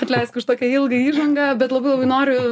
atleisk už tokią ilgą įžangą bet labai labai noriu